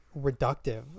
reductive